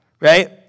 Right